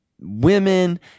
women